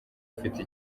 ufite